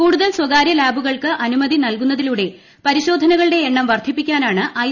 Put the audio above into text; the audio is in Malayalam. കൂടുതൽ സ്വകാര്യ ലാബുകൾക്ക് അനുമതി നൽകുന്നതിലൂടെ പരിശോധനകളുടെ എണ്ണ്ട് വർദ്ധിപ്പിക്കാനാണ് ഐ